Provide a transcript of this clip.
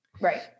Right